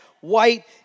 white